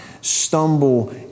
stumble